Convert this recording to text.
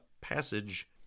passage